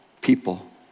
people